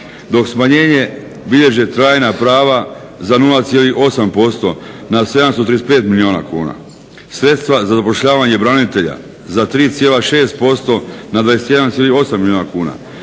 dok smanjenje bilježe trajna prava za 0,8% na 735 milijuna kuna. Sredstva za zapošljavanje branitelja za 3,6% na 21,8 milijuna kuna.